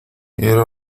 era